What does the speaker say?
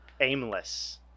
aimless